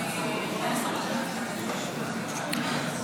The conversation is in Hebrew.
הממלכתי להביע אי-אמון בממשלה לא נתקבלה.